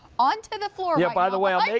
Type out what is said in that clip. onto the floor, yeah by the way.